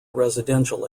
residential